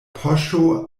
poŝo